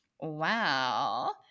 Wow